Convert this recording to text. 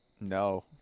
No